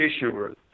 issuers